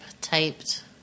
typed